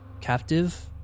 captive